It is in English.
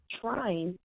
trying